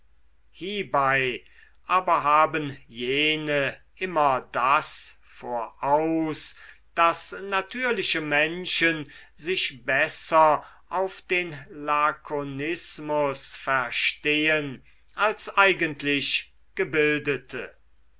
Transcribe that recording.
hiebei aber haben jene immer das voraus daß natürliche menschen sich besser auf den lakonismus verstehen als eigentlich gebildete